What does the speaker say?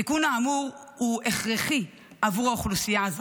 התיקון האמור הוא הכרחי בעבור האוכלוסייה הזו,